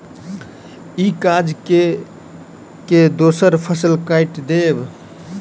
ई काज कय के दोसर फसिल कैट देब